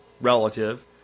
relative